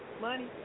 Money